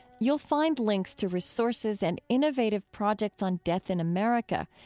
you'll find links to resources and innovative projects on death in america.